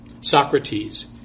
Socrates